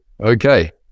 Okay